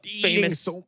famous